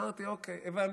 אמרתי: אוקיי, הבנתי,